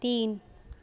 তিন